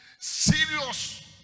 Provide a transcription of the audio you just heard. serious